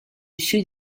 sud